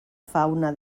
fauna